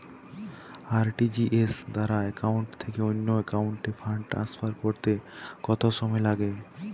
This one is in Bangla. আর.টি.জি.এস দ্বারা এক একাউন্ট থেকে অন্য একাউন্টে ফান্ড ট্রান্সফার করতে কত সময় লাগে?